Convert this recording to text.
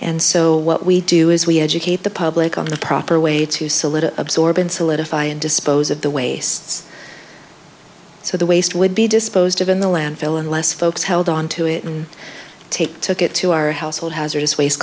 and so what we do is we educate the public on the proper way to use a little absorbent solidify and dispose of the wastes so the waste would be disposed of in the landfill unless folks held onto it and tape took it to our household hazardous waste